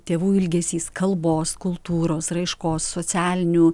tėvų ilgesys kalbos kultūros raiškos socialinių